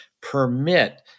permit